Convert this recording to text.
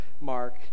Mark